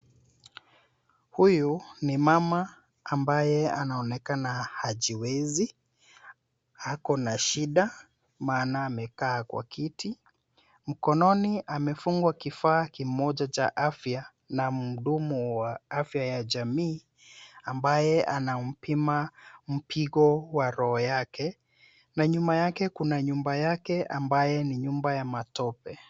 Huyu ni mama ambaye anaonekana hajiwezi, ako na shida maana amekaa kwa kiti. Mkononi amefungwa kifaa kimoja cha afya na mhudumu wa afya ya jamii ambaye anampima mpigo wa roho yake na nyuma yake kuna nyumba yake ambaye ni nyumba ya matope.